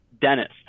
dentist